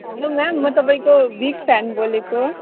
hello ma'am म तपाईँको big fan बोलेको